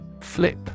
Flip